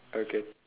okay